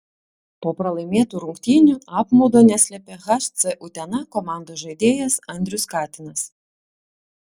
po pralaimėtų rungtynių apmaudo neslėpė hc utena komandos žaidėjas andrius katinas